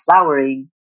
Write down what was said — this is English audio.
flowering